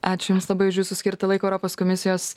ačiū jums labai už jūsų skirtą laiką europos komisijos